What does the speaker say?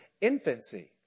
infancy